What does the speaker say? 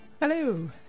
Hello